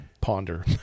ponder